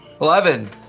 Eleven